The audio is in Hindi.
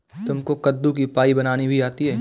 तुमको कद्दू की पाई बनानी भी आती है?